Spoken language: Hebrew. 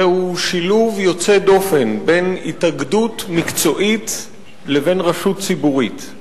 זהו שילוב יוצא דופן בין התאגדות מקצועית לבין רשות ציבורית.